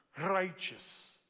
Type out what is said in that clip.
righteous